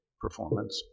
performance